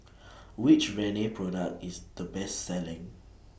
Which Rene Product IS The Best Selling